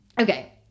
Okay